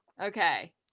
Okay